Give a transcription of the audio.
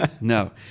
no